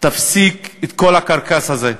תפסיק את כל הקרקס הזה,